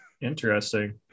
interesting